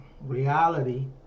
reality